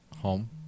Home